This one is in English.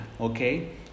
okay